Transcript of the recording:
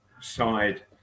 side